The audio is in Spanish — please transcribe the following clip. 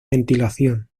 ventilación